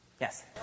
Yes